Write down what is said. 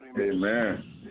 Amen